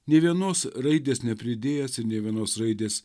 nei vienos raidės nepridėjęs ir nei vienos raidės